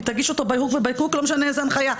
היא תגיש אותו By hook or by crook לא משנה איזה הנחיה.